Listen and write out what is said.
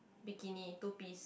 bikini two piece